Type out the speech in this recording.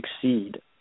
succeed